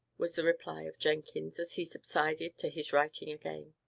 was the reply of jenkins, as he subsided to his writing again.